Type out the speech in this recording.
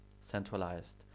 centralized